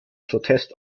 protest